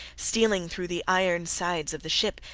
stealing through the iron sides of the ship,